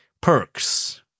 perks